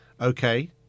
okay